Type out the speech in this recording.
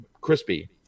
Crispy